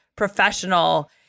professional